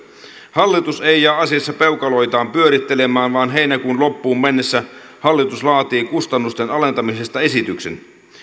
hallitus ei jää asiassa peukaloitaan pyörittelemään vaan heinäkuun loppuun mennessä hallitus laatii kustannusten alentamisesta esityksen